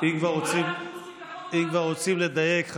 אם כבר רוצים לדייק,